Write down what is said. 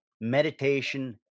meditation